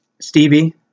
Stevie